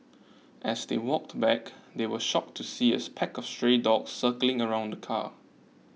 as they walked back they were shocked to see its pack of stray dogs circling around the car